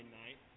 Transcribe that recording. night